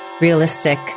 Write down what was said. realistic